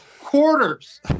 quarters